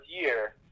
year